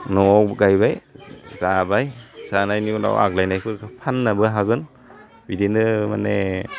न'वाव गायबाय जाबाय जानायनि उनाव आग्लायनायफोरखौ फान्नोबो हागोन बिदिनो माने